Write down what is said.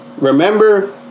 Remember